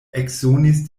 eksonis